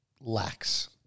lacks